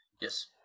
Yes